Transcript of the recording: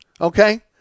Okay